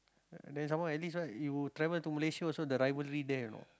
then some more at least you travel to Malaysia the rivalry there you know